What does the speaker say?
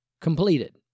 completed